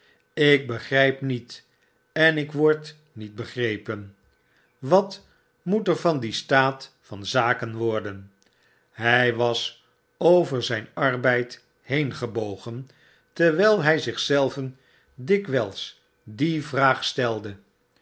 ik begryp niet en ik word niet begrepen wat moet er van dien staat van zaken worden hij was over zyn arbeid heengebogen terwyl hy zich zelven dikwijls die vraag sbelde